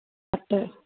अठ